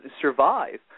survive